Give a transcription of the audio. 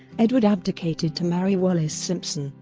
edward abdicated to marry wallis simpson,